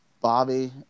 Bobby